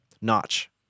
notch